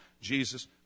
Jesus